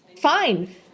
fine